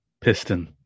Piston